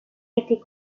été